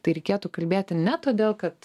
tai reikėtų kalbėti ne todėl kad